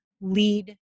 lead